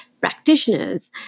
practitioners